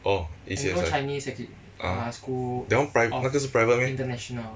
oh A_C_S_I uh that [one] pri~ 那个是 private meh